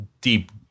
deep